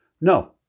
No